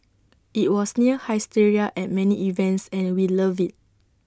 IT was near hysteria at many events and we loved IT